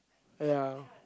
ya